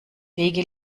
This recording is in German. fähige